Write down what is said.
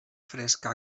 fresca